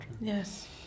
Yes